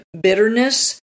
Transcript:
bitterness